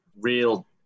real